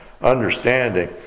understanding